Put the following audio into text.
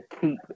keep